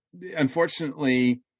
unfortunately